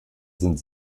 sind